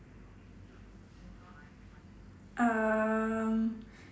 um